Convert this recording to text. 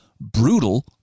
brutal